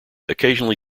occasionally